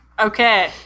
Okay